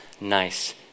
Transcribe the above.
nice